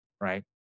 right